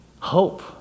hope